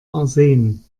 arsen